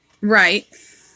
Right